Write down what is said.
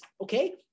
okay